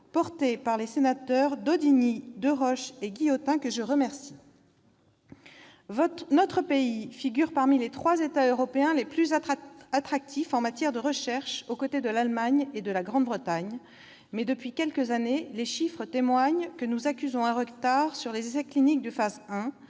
porté par les sénateurs Yves Daudigny, Catherine Deroche et Véronique Guillotin, que je veux ici remercier. Notre pays figure parmi les trois États européens les plus attractifs en matière de recherche, aux côtés de l'Allemagne et de la Grande-Bretagne. Toutefois, depuis quelques années, les chiffres témoignent que nous accusons un retard pour les essais cliniques de phase 1,